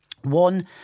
One